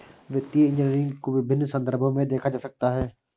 वित्तीय इंजीनियरिंग को विभिन्न संदर्भों में देखा जा सकता है